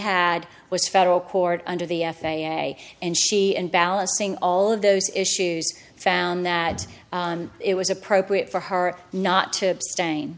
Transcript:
had was federal court under the f a a and she and balancing all of those issues found that it was appropriate for her not to abstain